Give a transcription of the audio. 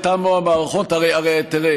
הם חגגו,